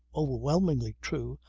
overwhelmingly true,